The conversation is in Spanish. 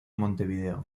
montevideo